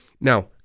Now